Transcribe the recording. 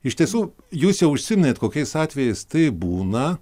iš tiesų jūs jau užsiminėt kokiais atvejais tai būna